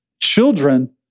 Children